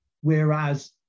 whereas